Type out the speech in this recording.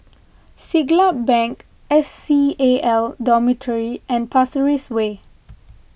Siglap Bank S C A L Dormitory and Pasir Ris Way